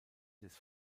des